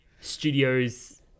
Studios